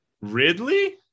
Ridley